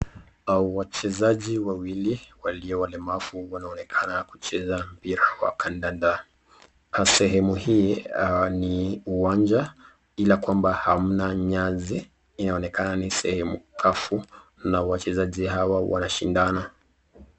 Wachezaji wawili walio walemavu wanaonekana kucheza mpira wa kandanda. Sehemu hii ni uwanja ila kwamba hamna nyasi, inaonekana ni sehemu kavu na wachezaji hawa wanashindana.